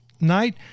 night